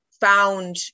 found